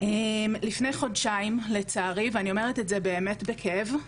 לפני חודשיים לצערי הרב ואני אומרת את זה באמת בכאב,